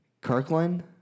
Kirkland